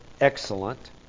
excellent